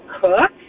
cook